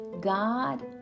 God